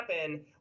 happen